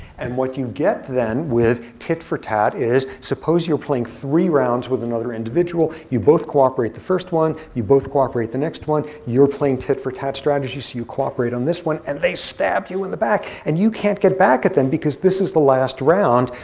and what you get, then, with tit for tat is, suppose you're playing three rounds with another individual. you both cooperate the first one, you both cooperate the next one. you're playing tit for tat strategy, so you cooperate on this one. and they stab you in the back, and you can't get back at them, because this is the last round.